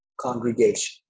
congregation